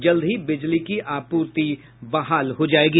जल्द ही बिजली की आपूर्ति बहाल हो जायेगी